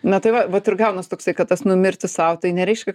na tai va vat ir gaunas toksai kad tas numirti sau tai nereiškia